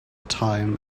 time